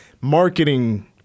marketing